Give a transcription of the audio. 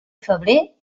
febrer